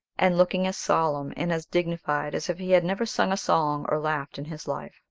and looking as solemn and as dignified as if he had never sung a song or laughed in his life.